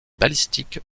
balistiques